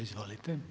Izvolite.